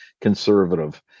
conservative